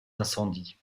incendies